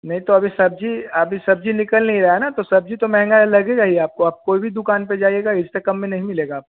नहीं तो अभी सब्ज़ी अभी सब्ज़ी निकल नहीं रहा है ना तो सब्ज़ी तो महँगा लगेगा ही आपको आप कोई भी दुकान पर जाइएगा इससे कम में नहीं मिलेगा आपको